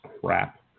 crap